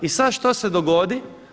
I sad što se dogodi?